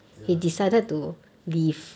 ya